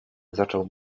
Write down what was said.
zaczął